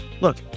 look